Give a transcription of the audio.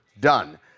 done